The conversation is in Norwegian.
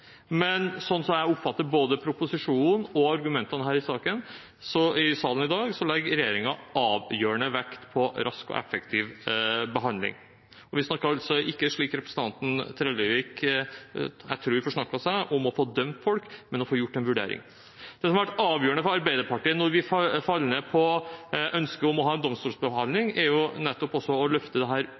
Men slik jeg oppfatter både proposisjonen og argumentene om saken her i salen i dag, legger regjeringen avgjørende vekt på en rask og effektiv behandling. Vi snakker altså ikke – slik representanten Trellevik gjorde, jeg tror han forsnakket seg – om å få dømt folk, men om å få gjort en vurdering. Det som har vært avgjørende for Arbeiderpartiet da vi falt ned på ønsket om å ha domstolsbehandling, er nettopp å løfte dette ut av det